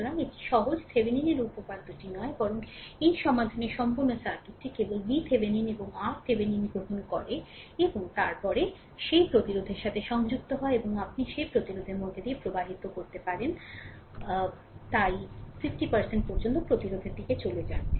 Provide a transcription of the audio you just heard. সুতরাং এটি সহজ থেভেনিনের উপপাদ্যটি নয় বরং এই সমাধানের সম্পূর্ণ সার্কিটটি কেবল VThevenin এবং RThevenin গ্রহণ করে এবং তারপরে সেই প্রতিরোধের সাথে সংযুক্ত হয় এবং আপনি সেই প্রতিরোধের মধ্য দিয়ে প্রবাহিত করতে পারেন তাই 50 পর্যন্ত প্রতিরোধের দিকে চলে যান